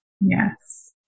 Yes